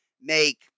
make